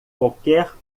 qualquer